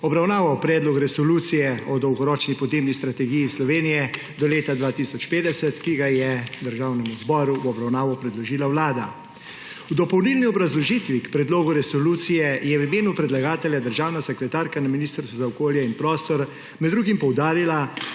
obravnaval Predlog resolucije o Dolgoročni podnebni strategiji Slovenije do leta 2050, ki ga je Državnemu zboru v obravnavo predložila Vlada. V dopolnilni obrazložitvi k predlogu resolucije je v imenu predlagatelja državna sekretarka na Ministrstvu za okolje in prostor med drugim poudarila,